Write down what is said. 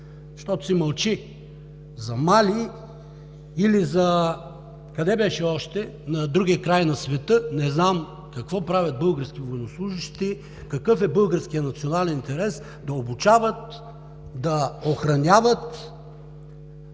защото се мълчи. За Мали или за къде беше още, на другия край на света, не знам какво правят български военнослужещи, какъв е българският национален интерес да обучават, да охраняват?